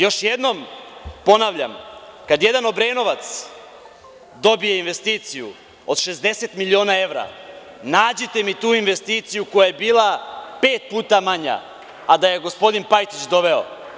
Još jednom ponavljam, kada jedan Obrenovac dobije investiciju od 60 miliona evra, nađite mi tu investiciju koja je bile pet puta manja a da je gospodin Pajtić doveo.